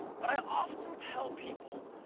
but i often tell people,